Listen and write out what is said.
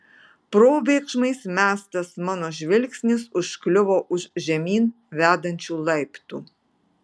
probėgšmais mestas mano žvilgsnis užkliuvo už žemyn vedančių laiptų